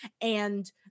and-